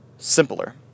simpler